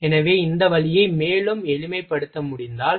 எனவே இந்த வழியை மேலும் எளிமைப்படுத்த முடிந்தால்